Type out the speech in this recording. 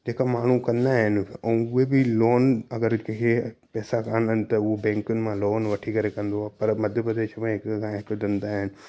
जेका माण्हू कमु कंदा आहिनि ऐं हूअ बि लोन अगरि हे पेसा कान आहिनि त हूअ बैंकुनि मां लोन वठी करे कंदो पर मध्य प्रदेश में हिक खां हिकु धंधा आहिनि